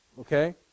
Okay